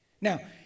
Now